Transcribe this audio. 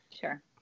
Sure